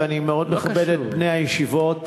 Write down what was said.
ואני מאוד מכבד את בני הישיבות,